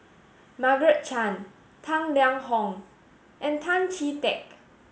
Margaret Chan Tang Liang Hong and Tan Chee Teck